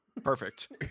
perfect